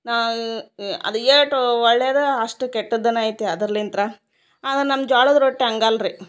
ನಾವು ಅದು ಏಟೊ ಒಳ್ಳೆಯದ ಆಷ್ಟು ಕೆಟ್ಟದ್ದನ ಐತಿ ಅದರಲ್ಲಿಂತ್ರ ಆದರ ನಮ್ಮ ಜ್ವಾಳದ ರೊಟ್ಟಿ ಹಂಗಲ್ಲ ರೀ